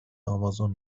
امازون